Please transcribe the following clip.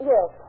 Yes